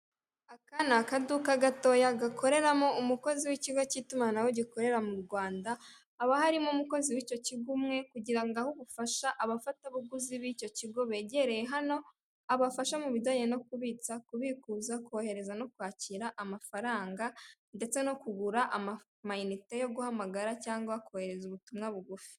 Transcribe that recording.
Aka ni akaduka gatoye gakoreramo umukozi w'ikigo k'itumanaho gikorera mu Rwanda, haba harimo umukozi w'icyo kigo umwe kugira ngo ahe ubufasha abafatabuguzi b'icyo kigo begereye hano abafashe mu bujyanye no kubitsa, kubikuza, kohereza no kwakira amafaranga ndetse no kugura amayinite yo giuhamagara cyangwa kohereza ubutumwa bugufi.